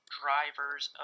drivers